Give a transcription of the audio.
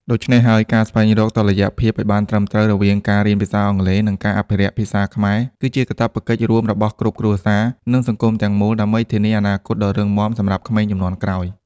ដូច្នេះហើយ ការស្វែងរកតុល្យភាពអោយត្រឹមត្រូវរវាងការរៀនភាសាអង់គ្លេស និងការអភិរក្សភាសាខ្មែរ គឺជាកាតព្វកិច្ចរួមរបស់គ្រប់គ្រួសារ និងសង្គមទាំងមូល ដើម្បីធានាអនាគតដ៏រឹងមាំសម្រាប់ក្មេងជំនាន់ក្រោយ។